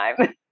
time